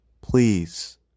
Please